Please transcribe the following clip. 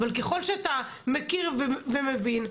אבל ככל שאתה מכיר ומבין,